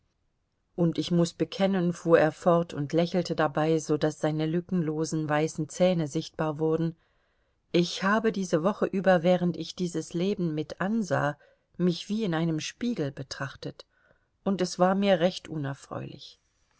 und ich muß bekennen fuhr er fort und lächelte dabei so daß seine lückenlosen weißen zähne sichtbar wurden ich habe diese woche über während ich dieses leben mit ansah mich wie in einem spiegel betrachtet und es war mir recht unerfreulich